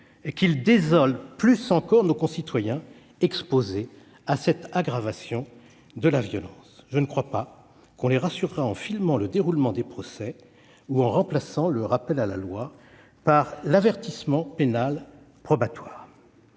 et qu'il désole plus encore nos concitoyens exposés à cette aggravation de la violence. Je ne crois pas qu'on les rassurera en filmant le déroulement des procès ou en remplaçant le rappel à la loi par l'avertissement pénal probatoire.